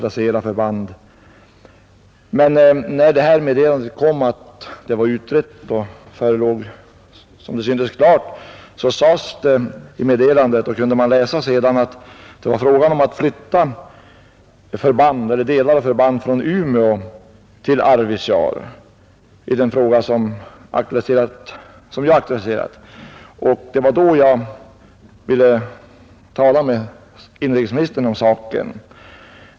När frågan var utredd och meddelandet kom att man skulle företa omflyttningar från en ort till en annan inom det s.k. stödområdet kunde man läsa att det var fråga om att flytta delar av förband från Umeå till Arvidsjaur. Det är alltså den frågan som jag har aktualiserat och som jag ville tala med inrikesministern om.